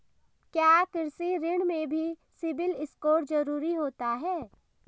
क्या कृषि ऋण में भी सिबिल स्कोर जरूरी होता है?